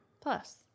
Plus